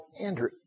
Andrew